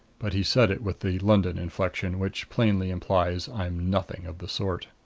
but he said it with the london inflection, which plainly implies i'm nothing of the sort.